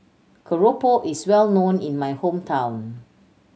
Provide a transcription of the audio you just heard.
Keropok is well known in my hometown